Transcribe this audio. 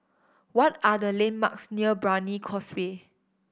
what are the landmarks near Brani Causeway